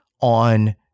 on